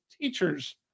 teachers